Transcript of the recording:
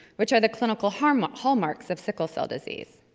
which are the clinical hallmarks hallmarks of sickle cell disease.